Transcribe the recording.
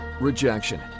rejection